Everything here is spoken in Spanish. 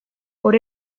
por